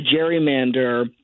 gerrymander